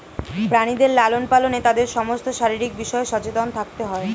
প্রাণীদের লালন পালনে তাদের সমস্ত শারীরিক বিষয়ে সচেতন থাকতে হয়